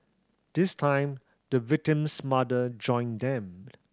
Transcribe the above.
this time the victim's mother joined them